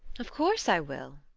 of course, i will.